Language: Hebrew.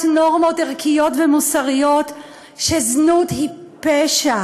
נורמות ערכיות ומוסריות שזנות היא פשע.